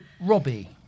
Robbie